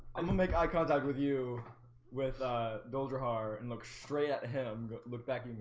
i'm gonna make eye contact with you with ah dole johar and look straight at him look back.